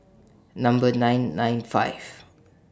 Number nine nine five